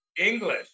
English